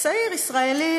גירשת מכאן